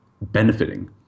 benefiting